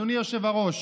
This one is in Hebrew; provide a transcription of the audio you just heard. אדוני היושב-ראש: